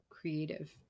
creative